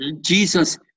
Jesus